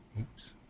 Oops